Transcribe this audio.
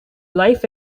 life